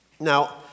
Now